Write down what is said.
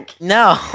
No